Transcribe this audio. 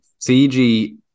CG